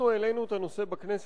אני כבר העליתי את הנושא בכנסת,